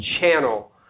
channel